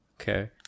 Okay